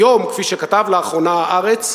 היום, כפי שכתב לאחרונה "הארץ",